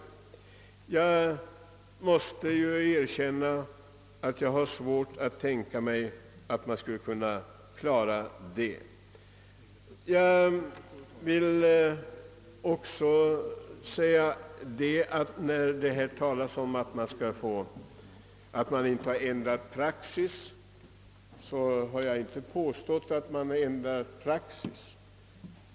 Jag måste erkänna att jag har svårt att tänka mig att socialdepartementet kan klara en sådan uppgift. Beträffande uppgiften i svaret om att man inte har ändrat praxis på detta område vill jag understryka att jag inte har påstått att så har skett.